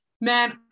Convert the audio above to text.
Man